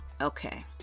okay